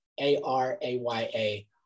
A-R-A-Y-A